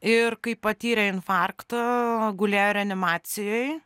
ir kai patyrė infarktą gulėjo reanimacijoj